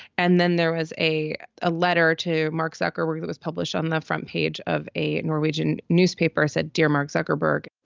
and then there was a a letter to mark zuckerberg that was published on the front page of a norwegian newspaper, said, dear mark zuckerberg,